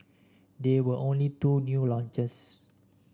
there were only two new launches